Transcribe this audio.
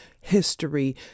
history